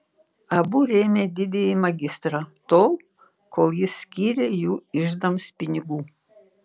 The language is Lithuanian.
abu rėmė didįjį magistrą tol kol jis skyrė jų iždams pinigų